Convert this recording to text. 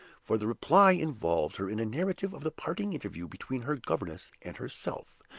for the reply involved her in a narrative of the parting interview between her governess and herself.